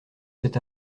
cet